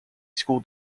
school